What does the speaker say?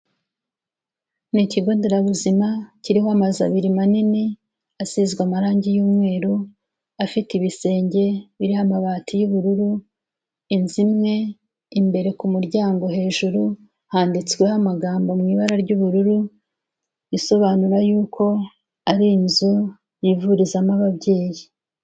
Ni ikigo nderabuzima, kiriho amazu abiri manini, asizwe amarangi y'umweru, afite ibisenge biriho amabati y'ubururu, inzu imwe imbere ku muryango hejuru, handitsweho amagambo mu ibara ry'ubururu, isobanura yuko ari inzu, yivurizamo ababyeyi.